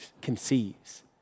conceives